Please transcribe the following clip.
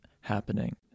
happening